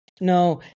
No